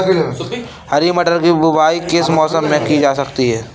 हरी मटर की बुवाई किस मौसम में की जाती है?